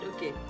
Okay